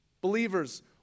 Believers